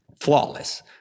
flawless